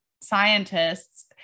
scientists